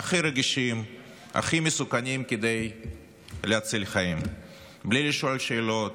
הכי רגישים ומסוכנים כדי להציל חיים בלי לשאול שאלות,